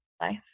life